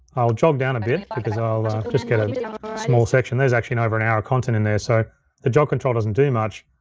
i'll jog down a bit, because i'll just get a small section. there's actually an over an hour of content in there. so the jog control doesn't do much,